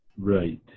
Right